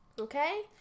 Okay